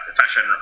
fashion